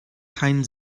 keinen